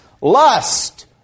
lust